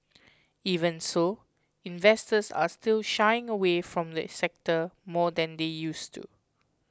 even so investors are still shying away from the sector more than they used to